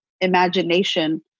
imagination